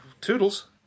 toodles